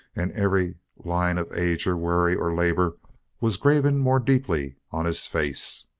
and every line of age or worry or labor was graven more deeply on his face.